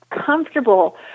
comfortable